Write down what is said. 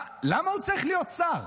למה הוא צריך להיות שר?